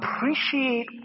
appreciate